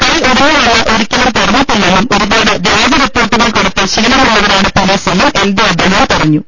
കൈ ഒടിഞ്ഞുവെന്ന് ഒരിക്കലും പറഞ്ഞിട്ടില്ലെന്നും ഒരുപാട് വ്യാജ റിപ്പോർട്ടുകൾ കൊടുത്ത് ശീലമുള്ളവരാണ് പൊലീസെന്നും എൽദേ എബ്രഹാം പറഞ്ഞു